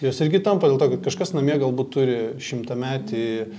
jos irgi tampa dėl to kad kažkas namie galbūt turi šimtametį